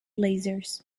lasers